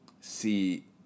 see